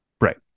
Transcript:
right